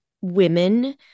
women